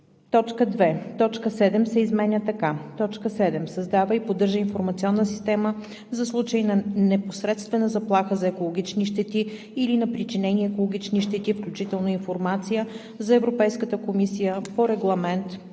Точка 7 се изменя така: „7. създава и поддържа информационна система за случаи на непосредствена заплаха за екологични щети или на причинени екологични щети, включително информация за Европейската комисия по Регламент